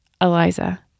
Eliza